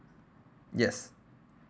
yes